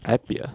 apply ah